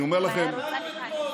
שמענו אתמול.